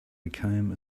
became